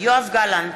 יואב גלנט,